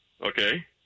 Okay